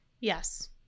Yes